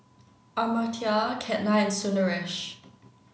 Amartya Ketna and Sundaresh